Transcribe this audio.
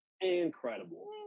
incredible